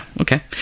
okay